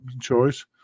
choice